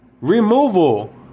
Removal